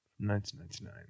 1999